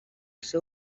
seu